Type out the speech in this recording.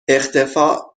اختفاء